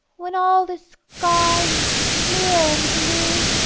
when all the sky is clear and blue,